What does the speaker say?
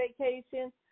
vacation